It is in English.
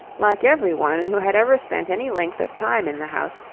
like everyone who had ever spent any length of time in the house,